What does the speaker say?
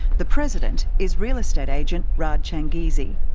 the president is real estate agent rard changizi.